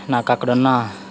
నాకు అక్కడున్న